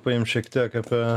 paimt šiek tiek apie